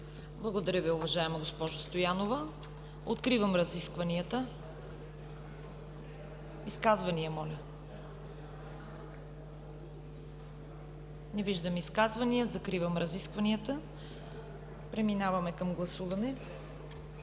Благодаря Ви, уважаема госпожо Стоянова. Откривам разискванията. Изказвания? Не виждам изказвания. Закривам разискванията. Преминаваме към гласуване.